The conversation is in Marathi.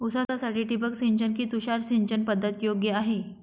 ऊसासाठी ठिबक सिंचन कि तुषार सिंचन पद्धत योग्य आहे?